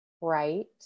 right